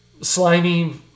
slimy